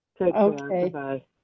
Okay